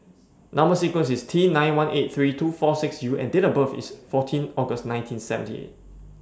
Number sequence IS T nine one eight three two four six U and Date of birth IS fourteen August nineteen seventy eight